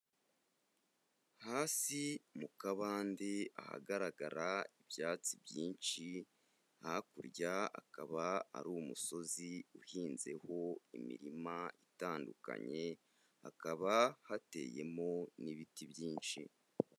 Hasi mu kabande ahagaragara ibyatsi byinshi, hakurya akaba ari umusozi uhinzeho imirima itandukanye, hakaba hateyemo n'ibiti byinshi.